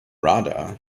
rada